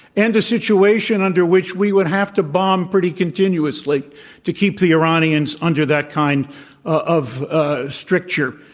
and a situation under which we would have to bomb pretty continuously to keep the iranians under that kind of ah stricture